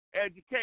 education